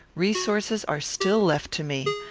resources are still left to me.